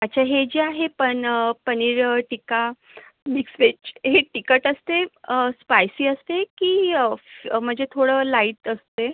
अच्छा हे जे आहे पन पनीर टिक्का मिक्स व्हेज हे तिखट असते स्पायसी असते की म्हणजे थोडं लाइट असते